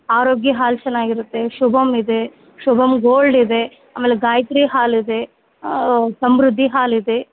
ಆರೋಗ್ಯ ಹಾಲು ಚೆನ್ನಾಗಿರತ್ತೆ ಶುಭಮ್ ಇದೆ ಶುಭಮ್ ಗೋಲ್ಡ್ ಇದೆ ಆಮೇಲೆ ಗಾಯತ್ರಿ ಹಾಲು ಇದೆ ಸಮೃದ್ಧಿ ಹಾಲು ಇದೆ